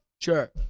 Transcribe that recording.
Sure